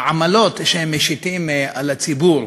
מהעמלות שהם משיתים על הציבור,